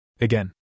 Again